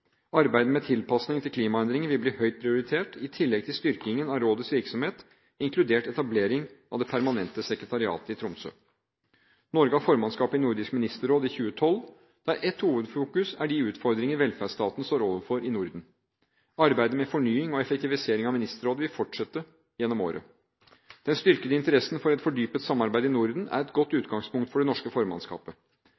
Arbeidet med tilpasning til klimaendringer vil bli høyt prioritert, i tillegg til styrkingen av rådets virksomhet, inkludert etablering av det permanente sekretariatet i Tromsø. Norge har formannskapet i Nordisk Ministerråd i 2012, der ett hovedfokus er de utfordringer velferdsstaten står overfor i Norden. Arbeidet med fornying og effektivisering av Ministerrådet vil fortsette gjennom året. Den styrkede interessen for et fordypet samarbeid i Norden er et godt